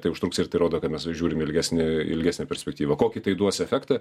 tai užtruks ir tai rodo kad mes žiūrim į ilgesnį ilgesnę perspektyvą kokį tai duos efektą